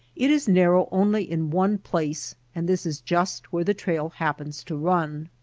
it is narrow only in one place and this is just where the trail happens to run.